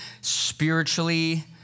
spiritually